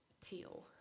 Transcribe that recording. Teal